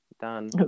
done